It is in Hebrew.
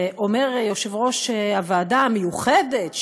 ואומר יושב-ראש הוועדה המיוחדת,